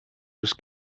was